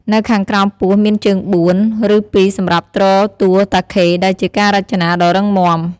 នៅខាងក្រោមពោះមានជើងបួន ឬពីរសម្រាប់ទ្រតួតាខេ ដែលជាការរចនាដ៏រឹងមាំ។